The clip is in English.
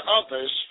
others